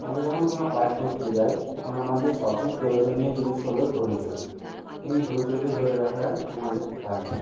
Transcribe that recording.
আমরা যখন কোনো কাজ করতে যাই তখন আমাদের সবচেয়ে প্রয়োজনীয় জিনিস হলো ধৈর্য এই ধৈর্যকে ধরে রাখাই আমাদের কাজ